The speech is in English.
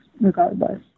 regardless